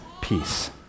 peace